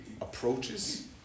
approaches